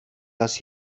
das